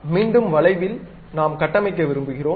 மீண்டும் வளைவில் நாம் கட்டமைக்க விரும்புகிறோம்